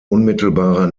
unmittelbarer